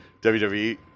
WWE